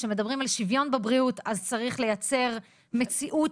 כשמדברים על שוויון בבריאות אז צריך לייצר מציאות